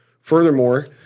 Furthermore